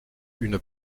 une